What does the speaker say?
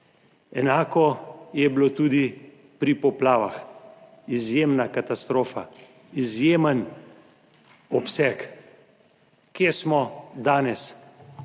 Enako je bilo tudi pri poplavah. Izjemna katastrofa, izjemen obseg. Kje smo danes?